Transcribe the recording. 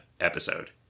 episode